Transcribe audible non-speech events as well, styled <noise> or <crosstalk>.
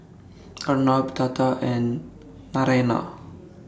<noise> Arnab Tata and Naraina